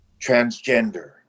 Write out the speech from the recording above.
transgender